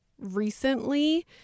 recently